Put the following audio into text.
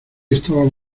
estaba